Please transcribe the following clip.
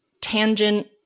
tangent